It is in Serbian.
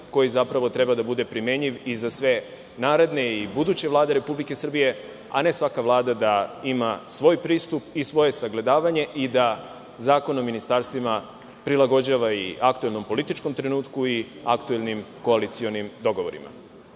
koji zapravo treba da bude primenljiv za sve naredne i buduće Vlade Republike Srbije, a ne svaka Vlada da ima svoj pristup i svoje sagledavanje i da Zakon o ministarstvima prilagođava i aktuelnom političkom trenutku i aktuelnim koalicionim dogovorima. Kada